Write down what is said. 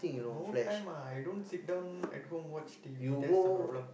no time ah I don't sit down at home watch T_V that's the problem